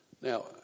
Now